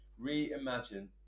Reimagine